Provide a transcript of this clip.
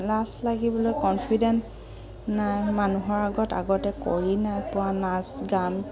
লাজ লাগিবলৈ কনফিডেণ্ট নাই মানুহৰ আগত আগতে কৰি নাই পোৱা নাচ গান